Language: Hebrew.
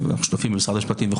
והשותפים במשרד המשפטים.